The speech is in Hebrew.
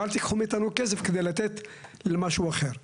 ואל תיקחו מאיתנו כסף כדי לתת למשהו אחר.